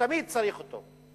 תמיד צריך אותו.